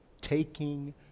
taking